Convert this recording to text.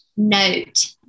Note